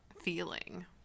feeling